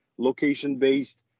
location-based